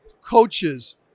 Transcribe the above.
coaches